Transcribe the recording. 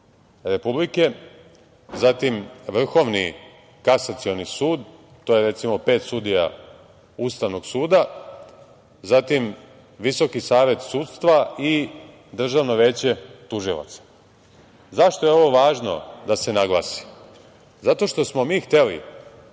Republike, zatim Vrhovni kasacioni sud, to je, recimo, pet sudija Ustavnog suda, zatim Visoki savet sudstva i Državno veće tužilaca.Zašto je ovo važno da se naglasi? Zato što smo mi hteli